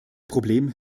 problem